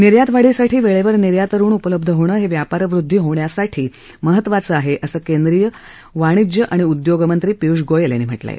निर्याती वाढीसाठी वेळेवर निर्यात ऋण उपलब्ध होणं हे व्यापार वृद्धी होण्यासाठी महत्त्वाचं आहे असं केंद्रीय आणि वाणिज्य उद्योग मंत्री पियुष गोयल यांनी म्हटलं आहे